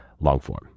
longform